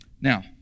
Now